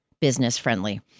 business-friendly